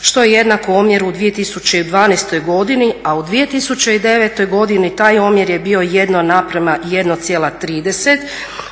što je jednako omjeru u 2012.godini, a u 2009.godini taj omjer je bio 1:1,30